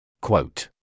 Quote